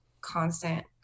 constant